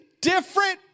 different